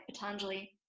Patanjali